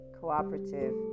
cooperative